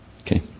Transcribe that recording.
Okay